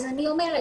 אני אומרת,